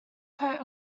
coat